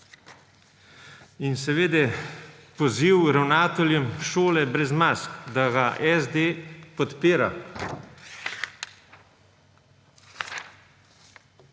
in seveda poziv ravnateljem »Šole brez mask« in da ga SD podpira,